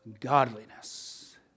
godliness